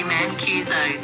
Mancuso